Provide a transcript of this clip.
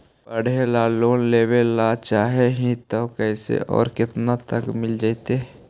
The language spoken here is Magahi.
पढ़े ल लोन लेबे ल चाह ही त कैसे औ केतना तक मिल जितै?